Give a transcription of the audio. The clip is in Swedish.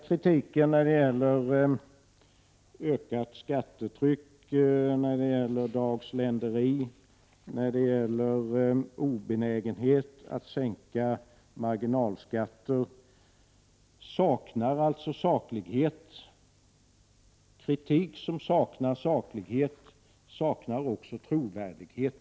Kritiken om ökat skattetryck, om dagsländeri, om obenägenhet att sänka marginalskatter saknar saklighet. Kritik som saknar saklighet, saknar också trovärdighet.